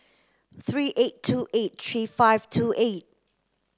three eight two eight three five two eight